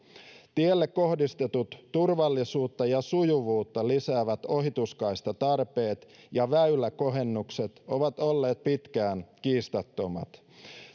tielle kohdistetut turvallisuutta ja sujuvuutta lisäävät ohituskaistatarpeet ja väyläkohennukset ovat olleet pitkään kiistattomat